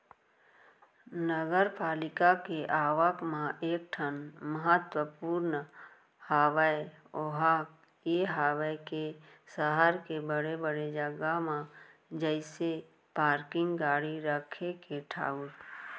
नगरपालिका के आवक म एक ठन महत्वपूर्न हवय ओहा ये हवय के सहर के बड़े बड़े जगा म जइसे पारकिंग गाड़ी रखे के ठऊर